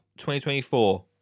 2024